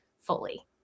fully